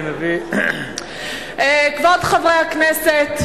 כבוד חברי הכנסת,